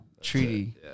Treaty